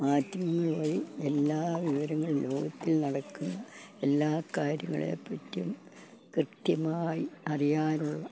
മാധ്യമങ്ങൾ വഴി എല്ലാ വിവരങ്ങളും ലോകത്തിൽ നടക്കുന്ന എല്ലാ കാര്യങ്ങളെപ്പറ്റിയും കൃത്യമായി അറിയാനുള്ള